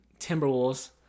Timberwolves